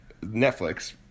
Netflix